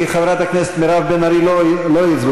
כי חברת הכנסת מירב בן ארי לא הצביעה,